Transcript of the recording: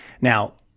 Now